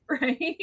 right